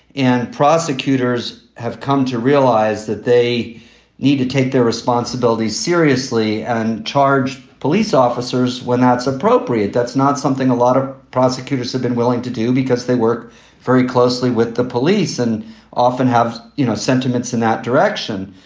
and prosecutors have come to realize that they need to take their responsibilities seriously and charge police officers when that's appropriate. that's not something a lot of prosecutors have been willing to do because they work very closely with the police and often have, you know, sentiments in that direction.